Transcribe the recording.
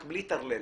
רק בלי טרללת,